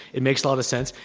it makes a lot of sense.